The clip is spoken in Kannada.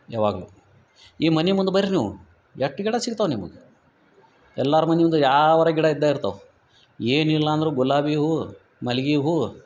ಯಾವಾಗಲು ಈ ಮನೆ ಮುಂದೆ ಬರ್ರಿ ನೀವು ಎಟ್ಟು ಗಿಡ ಸಿಗ್ತಾವೆ ನಿಮ್ಗ ಎಲ್ಲಾರ ಮನೆ ಮುಂದು ಯಾವಗಾರ ಗಿಡ ಇದ್ದ ಇರ್ತಾವೆ ಏನಿಲ್ಲ ಅಂದ್ರು ಗುಲಾಬಿ ಹೂ ಮಲ್ಲಿಗೆ ಹೂ